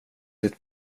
ditt